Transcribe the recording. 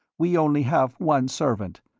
we only have one servant,